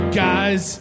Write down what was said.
guys